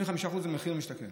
מחיר למשתכן.